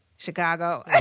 Chicago